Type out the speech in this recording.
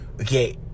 Okay